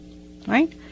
Right